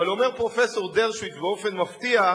אבל אומר פרופסור דרשוביץ באופן מפתיע,